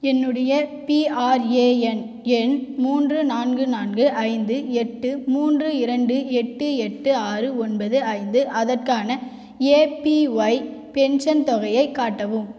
என்னுடைய பிஆர்ஏஎன் எண் மூன்று நான்கு நான்கு ஐந்து எட்டு மூன்று இரண்டு எட்டு எட்டு ஆறு ஒன்பது ஐந்து அதற்கான ஏபிஒய் பென்ஷன் தொகையைக் காட்டவும்